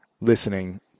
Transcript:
listening